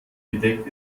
bedeckt